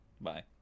Bye